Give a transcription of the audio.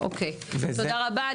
תודה רבה.